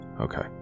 Okay